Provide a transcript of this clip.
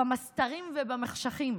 במסתרים ובמחשכים.